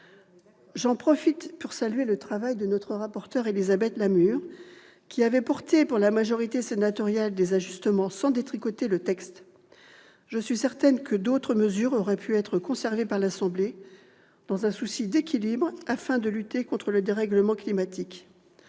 J'en profite pour saluer le travail de notre rapporteur, Élisabeth Lamure, qui avait apporté pour la majorité sénatoriale des ajustements sans détricoter le texte. Je suis certaine que d'autres mesures auraient pu être conservées par l'Assemblée nationale, dans un souci d'équilibre afin de lutter contre le dérèglement climatique.